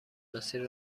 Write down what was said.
مسیر